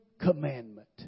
commandment